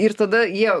ir tada jie